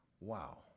Wow